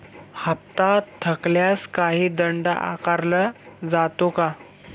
हप्ता थकल्यास काही दंड आकारला जातो का?